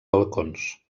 balcons